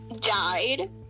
died